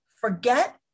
Forget